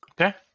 Okay